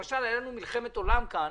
למשל, הייתה לנו מלחמת עולם כאן